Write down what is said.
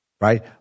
Right